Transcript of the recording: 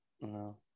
no